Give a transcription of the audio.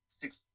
Six